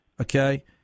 Okay